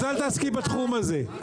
אז אל תעסקי בתחום הזה.